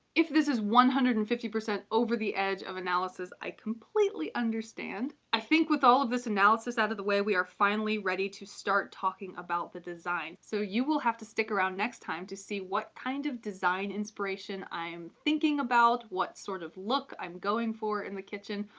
if this is one hundred and fifty percent over the edge of analysis, i completely understand. i think with all of this analysis out of the way, we are finally ready to start talking about the design. so, you will have to stick around next time to see what kind of design inspiration i'm thinking about, what sort of look i'm going for in the kitchen,